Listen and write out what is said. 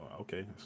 okay